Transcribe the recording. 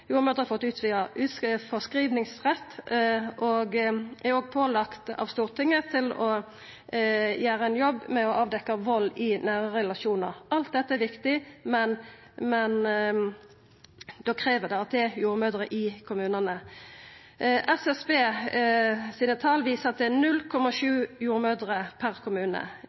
har fått utvida forskrivingsrett og er òg pålagde av Stortinget å gjera ein jobb med å avdekkja vald i nære relasjonar. Alt dette er viktig, men da krev det at det er jordmødrer i kommunane. Tal frå SSB viser at det er 0,7 jordmødrer per kommune.